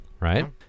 right